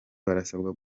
barasabwa